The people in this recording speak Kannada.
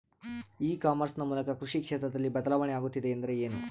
ಇ ಕಾಮರ್ಸ್ ನ ಮೂಲಕ ಕೃಷಿ ಕ್ಷೇತ್ರದಲ್ಲಿ ಬದಲಾವಣೆ ಆಗುತ್ತಿದೆ ಎಂದರೆ ಏನು?